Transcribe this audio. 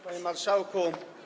Panie Marszałku!